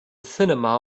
cinema